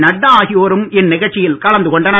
நட்டா ஆகியோரும் இந்நிகழ்ச்சியில் கலந்துகொண்டனர்